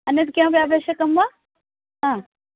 अन्यत् किमपि आवश्यकम् वा आ